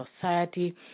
society